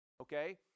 okay